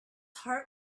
heart